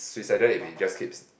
suicidal if it just keeps